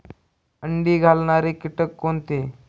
अंडी घालणारे किटक कोणते?